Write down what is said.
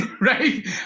right